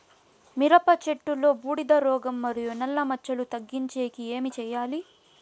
మిరప చెట్టులో బూడిద రోగం మరియు నల్ల మచ్చలు తగ్గించేకి ఏమి చేయాలి?